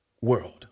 world